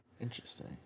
interesting